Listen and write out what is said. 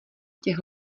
těch